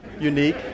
Unique